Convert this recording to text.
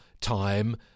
time